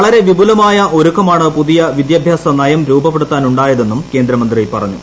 വളരെ വിപുലമായ ഒരുക്കമാണ് പുതിയ വിദ്യാഭ്യാസനയം രൂപപ്പെടുത്താൻ ഉണ്ടായതെന്നും കേന്ദ്രമന്ത്രി പറഞ്ഞു